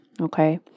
okay